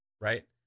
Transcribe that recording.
Right